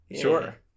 Sure